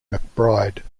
mcbride